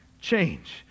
change